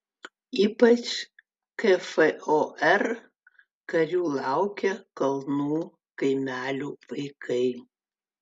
ypač kfor karių laukia kalnų kaimelių vaikai